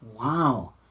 Wow